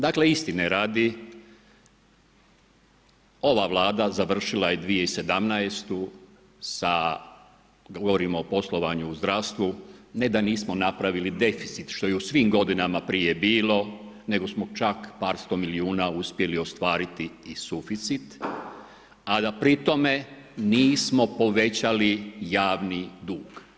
Dakle, istine radi, ova Vlada završila je 2017. sa, govorim o poslovanju u zdravstvu, ne da nismo napravili deficit što je u svim godinama prije bilo, nego smo čak par sto milijuna uspjeli ostvariti i suficit, a da pri tome nismo povećali javni dug.